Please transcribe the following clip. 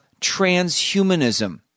transhumanism